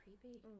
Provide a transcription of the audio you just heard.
creepy